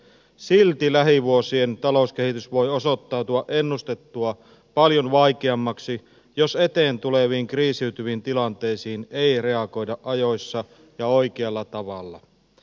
silti lähivuosien talouskehitys voi osoittautua ennustettua paljon vaikeammaksi jos eteen tuleviin kriisiytyviin tilanteisiin ei reagoida ajoissa ja oikealla tavalla